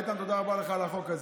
איתן, תודה רבה לך על החוק.